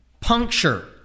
puncture